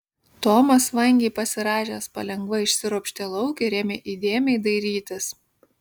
tomas vangiai pasirąžęs palengva išsiropštė lauk ir ėmė įdėmiai dairytis